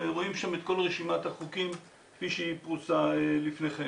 רואים שם את כל רשימת החוקים כפי שהיא פרוסה לפניכם.